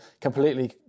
completely